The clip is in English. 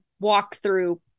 walkthrough